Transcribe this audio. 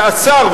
ואסר,